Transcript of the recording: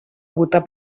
votar